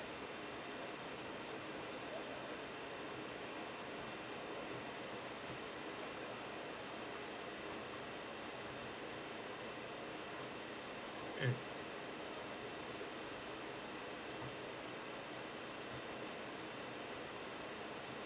mm